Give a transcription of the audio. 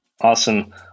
Awesome